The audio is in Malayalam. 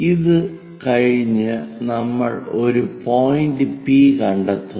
അത് കഴിഞ്ഞു നമ്മൾ ഒരു പോയിന്റ് പി കണ്ടെത്തുന്നു